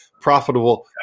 profitable